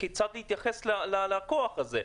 כיצד להתייחס ללקוח הזה?